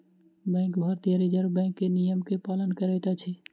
bank Bharatiya reserve bank के नियम के पालन करैत अछि